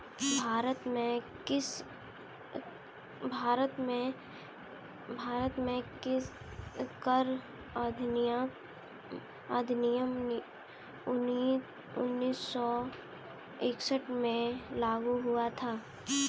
भारत में कर अधिनियम उन्नीस सौ इकसठ में लागू हुआ था